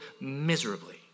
miserably